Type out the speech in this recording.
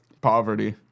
poverty